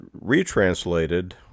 retranslated